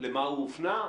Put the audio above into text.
למה הוא הופנה,